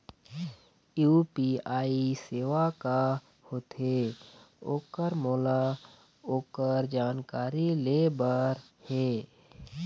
UPI सेवा का होथे ओकर मोला ओकर जानकारी ले बर हे?